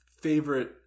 favorite